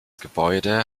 gebäude